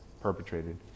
perpetrated